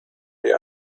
der